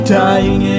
dying